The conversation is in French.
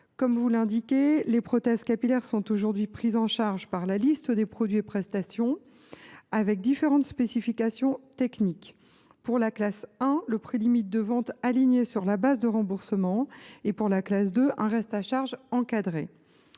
Comme vous l’indiquez, les prothèses capillaires sont aujourd’hui prises en charge par la liste des produits et prestations, avec différentes spécifications techniques : pour la classe 1, un prix limite de vente aligné sur la base de remboursement ; pour la classe 2, un reste à charge encadré.